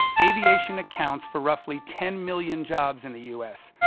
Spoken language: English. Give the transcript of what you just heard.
aviation accounts for roughly ten million jobs in the u s.